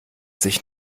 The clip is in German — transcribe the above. sich